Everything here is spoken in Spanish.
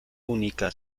única